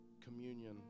communion